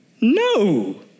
no